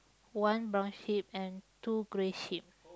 one brown sheep and two grey sheep